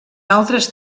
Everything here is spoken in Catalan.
altres